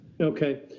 Okay